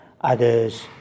others